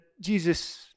Jesus